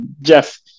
Jeff